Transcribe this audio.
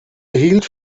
erhielt